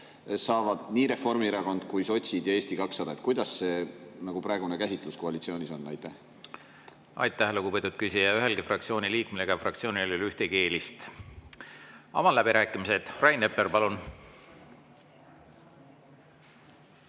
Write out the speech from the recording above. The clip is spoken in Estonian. saavad nii Reformierakond kui ka sotsid ja Eesti 200. Kuidas see praegune käsitlus koalitsioonis on? Aitäh, lugupeetud küsija! Ühelgi fraktsiooni liikmel ega fraktsioonil ei ole ühtegi eelist. Avan läbirääkimised. Rain Epler, palun!